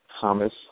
Thomas